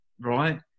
Right